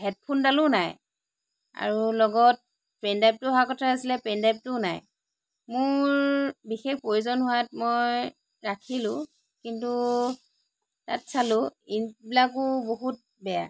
headphone ডালো নাই আৰু লগত পেন ড্ৰাইভটো অহাৰ কথা আছিলে পেন ড্ৰাইভটোও নাই মোৰ বিশেষ প্ৰয়োজন হোৱাত মই ৰাখিলোঁ কিন্তু ইয়াত চালো ইংক বিলাকো বহুত বেয়া